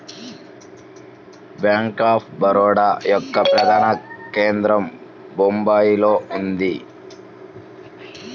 bank of Baroda యొక్క ప్రధాన కేంద్రం బొంబాయిలో ఉన్నది